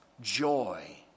joy